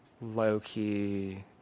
low-key